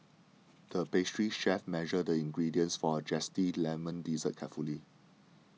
the pastry chef measured the ingredients for a Zesty Lemon Dessert carefully